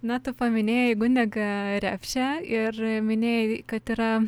na tu paminėjai gundegą repšę ir minėjai kad yra